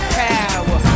power